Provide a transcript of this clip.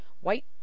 white